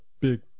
big